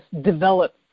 develop